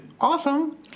awesome